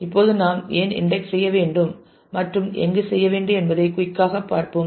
இப்போது நாம் ஏன் இன்டெக்ஸ் செய்ய வேண்டும் மற்றும் எங்கு செய்ய வேண்டும் என்பதை குயிக் ஆக பார்ப்போம்